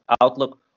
outlook